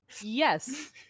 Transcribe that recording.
Yes